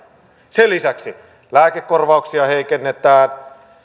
sen lisäksi lääkekorvauksia heikennetään